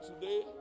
today